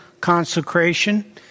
consecration